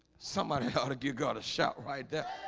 somebody thought of you got a shot right there.